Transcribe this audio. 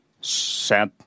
set